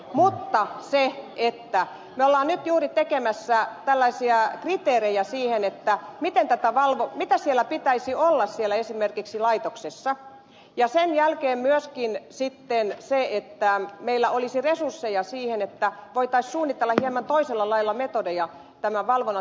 mutta me olemme nyt juuri tekemässä tällaisia liberia siihen että miten tätä kriteerejä mitä esimerkiksi siellä laitoksessa pitäisi olla ja sen jälkeen myöskin että meillä olisi resursseja siihen että voitaisiin suunnitella hieman toisella lailla metodeja tämän valvonnan tekemiseen